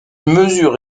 mesure